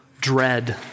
dread